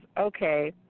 okay